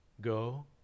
Go